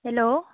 hello